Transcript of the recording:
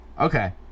Okay